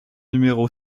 numéro